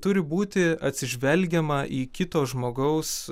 turi būti atsižvelgiama į kito žmogaus